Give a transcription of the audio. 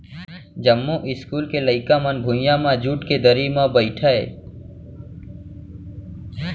जमो इस्कूल के लइका मन भुइयां म जूट के दरी म बइठय